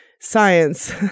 science